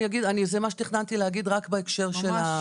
זה מה שתכננתי להגיד רק בהקשר של,